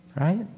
right